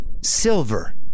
Silver